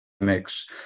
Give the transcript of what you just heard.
Mix